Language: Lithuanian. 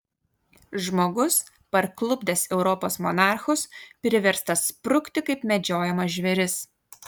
žmogus parklupdęs europos monarchus priverstas sprukti kaip medžiojamas žvėris